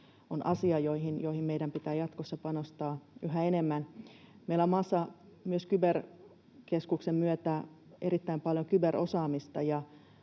on asia, johon meidän pitää jatkossa panostaa yhä enemmän. Meillä on maassa myös Kyberturvallisuuskeskuksen myötä erittäin paljon kyberosaamista,